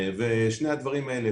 שני הדברים האלה,